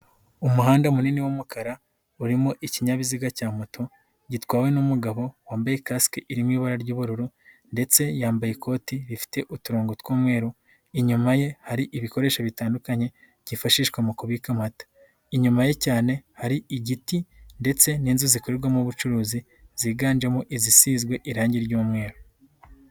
Umuhanda munini w'umukara urimo ikinyabiziga cya moto gitwawe n'umugabo wambaye kasike iri mu ibara ry'ubururo ndetse yambaye ikoti rifite uturongogo tw'umweru, inyuma ye hari ibikoresho bitandukanye byifashishwa mu kubika amata, inyuma ye cyane hari igiti ndetse n'inzu zikorerwamo ubucuruzi ziganjemo izisizwe irangi ry'umweru.